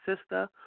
sister